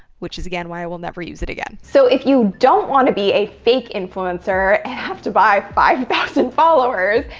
which is again why i will never use it again. so, if you don't want to be a fake influencer have to buy five thousand followers,